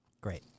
Great